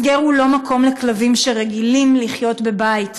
הסגר הוא לא מקום לכלבים שרגילים לחיות בבית.